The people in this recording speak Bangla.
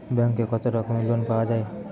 ব্যাঙ্কে কত রকমের লোন পাওয়া য়ায়?